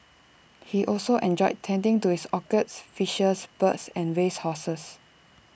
he also enjoyed tending to his orchids fishes birds and race horses